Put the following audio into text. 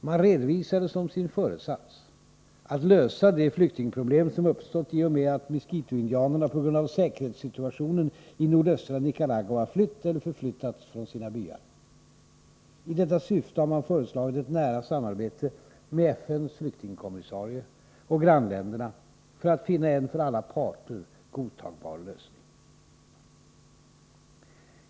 Man redovisade som sin föresats att lösa det flyktingproblem som uppstått i och med att miskitoindianerna på grund av säkerhetssituationen i nordöstra Nicaragua flytt eller förflyttats från sina byar. I detta syfte har man föreslagit ett nära samarbete med FN:s flyktingkommissarie och grannländerna för att finna en för alla parter godtagbar lösning.